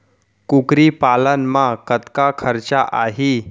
कुकरी पालन म कतका खरचा आही?